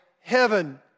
heaven